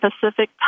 Pacific